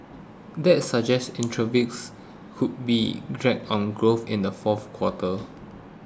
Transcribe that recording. that suggests could be drag on growth in the fourth quarter